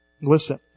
Listen